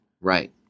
right